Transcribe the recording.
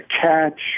catch